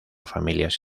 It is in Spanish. familias